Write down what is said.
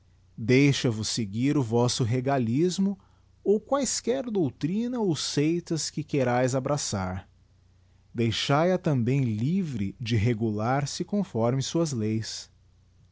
violenta deixa vos seguir o vosso regalismo ou quaesquer doutrina ou seitas que queraes abraçar deixae a também livre de regular se conforme suas leis